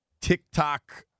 TikTok